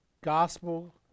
gospel